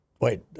wait